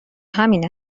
همین